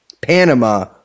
Panama